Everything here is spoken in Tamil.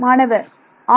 மாணவர் ஆம்